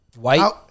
white